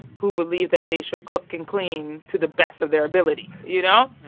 who believed that they should cook and clean to the best of their ability, you know?